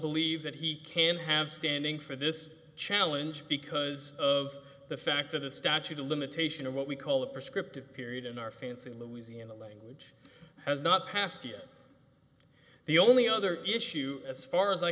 believe that he can have standing for this challenge because of the fact that the statute of limitation of what we call a prescriptive period in our fancy louisiana language has not passed yet the only other issue as far as i